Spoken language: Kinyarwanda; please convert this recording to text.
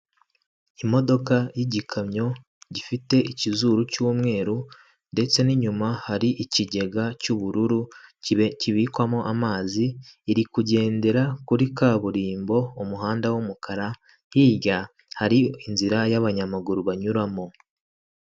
Imodoka y'igikamyo gifite ikizuru cy'umweru ndetse n'inyuma hari ikigega cy'ubururu kibikwamo amazi, iri kugendera kuri kaburimbo umuhanda w'umukara, hirya hari inzira y'abanyamaguru banyuramo.